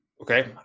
Okay